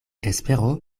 espero